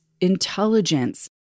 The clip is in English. intelligence